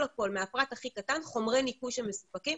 חומרי ניקוי שמסופקים.